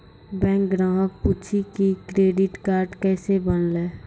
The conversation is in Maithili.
बैंक ग्राहक पुछी की क्रेडिट कार्ड केसे बनेल?